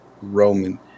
Roman